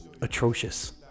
atrocious